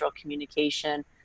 communication